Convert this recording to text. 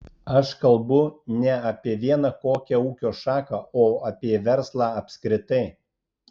aš kalbu ne apie vieną kokią ūkio šaką o apie verslą apskritai